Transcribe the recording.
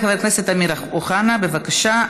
חבר הכנסת אמיר אוחנה, בבקשה,